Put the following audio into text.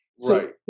Right